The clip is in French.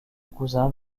cousin